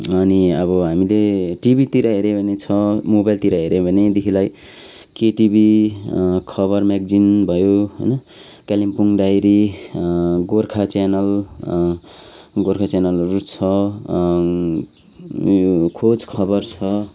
अनि अब हामीले टिभीतिर हेऱ्यो भने पनि छ मोबाइलतिर हेऱ्यो भने देखिलाई के टिभी खबर म्यागजिन भयो होइन केलिम्पोङ डायरी गोर्खा च्यानल गोर्खा च्यानलहरू छ उयो खोज खबर छ